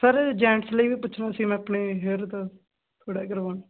sir gents ਲਈ ਵੀ ਪੁੱਛਣਾ ਸੀ ਮੈਂ ਆਪਣੇ ਹੇਅਰ ਦਾ ਥੋੜਾ ਕਰਵਾਣੇ